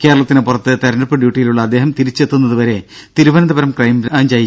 കേരളത്തിനു പുറത്ത് തിരഞ്ഞെടുപ്പ് ഡ്യൂട്ടിയിലുളള അദ്ദേഹം തിരിച്ചെത്തുന്നതുവരെ തിരുവനന്തപുരം ക്രൈംബ്രാഞ്ച് ഐ